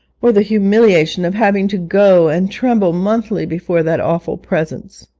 or the humiliation of having to go and tremble monthly before that awful presence.